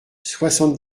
soixante